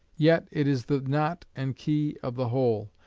yet it is the knot and key of the whole,